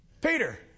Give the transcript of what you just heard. Peter